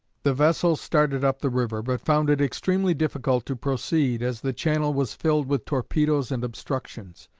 the vessel started up the river, but found it extremely difficult to proceed, as the channel was filled with torpedoes and obstructions,